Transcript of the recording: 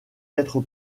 être